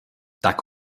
tak